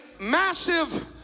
massive